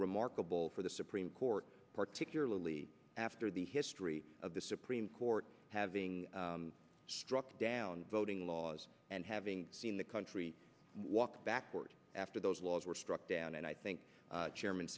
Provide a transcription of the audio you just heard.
remarkable for the supreme court particularly after the history of the supreme court having struck down voting laws and having seen the country walk backward after those laws were struck down and i think chairman